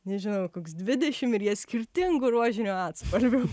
nežinau koks dvidešim ir jie skirtingų rožinių atspalvių